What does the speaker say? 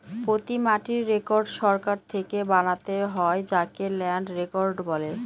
প্রতি মাটির রেকর্ড সরকার থেকে বানাতে হয় যাকে ল্যান্ড রেকর্ড বলে